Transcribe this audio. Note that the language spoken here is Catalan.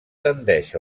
tendeix